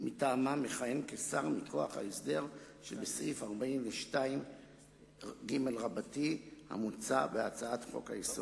מטעמה מכהן כשר מכוח ההסדר שבסעיף 42ג המוצע בהצעת חוק-היסוד.